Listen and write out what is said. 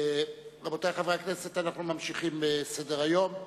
רבותי חברי הכנסת, אנחנו ממשיכים בסדר-היום.